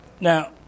now